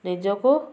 ନିଜକୁ